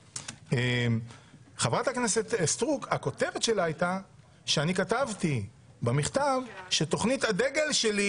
הכותרת של חברת הכנסת סטרוק הייתה שאני כתבתי במכתב שתוכנית הדגל שלי